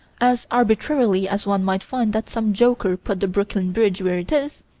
as arbitrarily as one might find that some joker put the brooklyn bridge where it is,